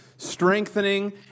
strengthening